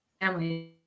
family